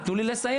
תנו לי לסיים.